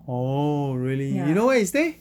oh really you know where he stay